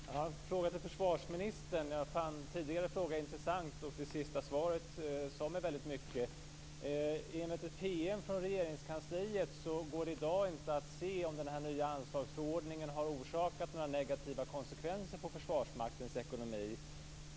Fru talman! Jag har en fråga till försvarsministern. Jag fann tidigare fråga intressant, och det sista svaret sade mig väldigt mycket. Enligt en PM från Regeringskansliet går det i dag inte att se om den nya anslagsförordningen har orsakat några negativa konsekvenser på Försvarsmaktens ekonomi.